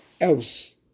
else